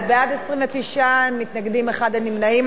סליחה, אני, אז בעד 29, מתנגד אחד, אין נמנעים.